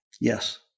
Yes